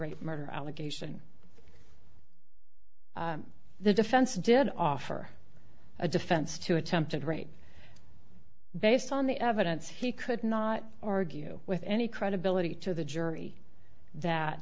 rape murder allegation the defense did offer a defense to attempted rape based on the evidence he could not argue with any credibility to the jury that